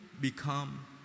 become